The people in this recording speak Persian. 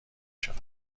شود